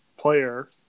player